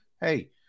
Hey